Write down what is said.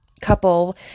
couple